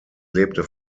lebte